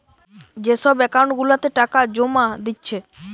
যে সব একাউন্ট গুলাতে টাকা জোমা দিচ্ছে